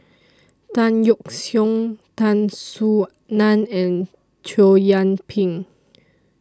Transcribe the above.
Tan Yeok Seong Tan Soo NAN and Chow Yian Ping